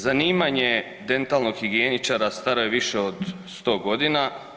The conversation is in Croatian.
Zanimanje dentalnog higijeničara staro je više od 100 godina.